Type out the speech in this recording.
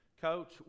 Coach